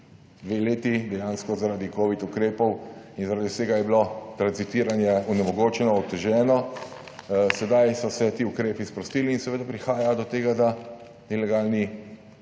Dve leti, dejansko zaradi covid ukrepov in zaradi vsega, je bilo tranzitiranje onemogočeno, oteženo. Zdaj so se ti ukrepi sprostili in prihaja do tega, da ilegalni